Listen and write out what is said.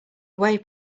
away